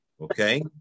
Okay